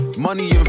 money